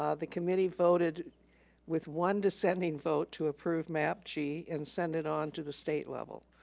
ah the committee voted with one dissenting vote to approve map g and send it on to the state level.